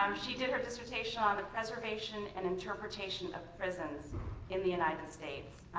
um she did her dissertation on the preservation and interpretation of prisons in the united states.